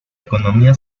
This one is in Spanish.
economía